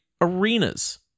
arenas